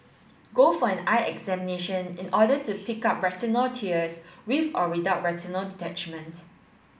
go for an eye examination in order to pick up retinal tears with or without retinal detachment